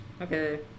Okay